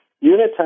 Unit